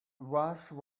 washed